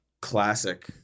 Classic